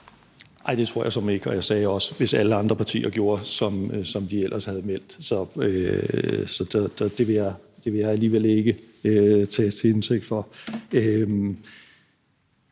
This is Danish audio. Nej, det tror jeg såmænd ikke, og jeg sagde også: hvis alle andre partier gjorde, som de ellers havde meldt. Så det vil jeg alligevel ikke tages til indtægt for.